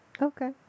Okay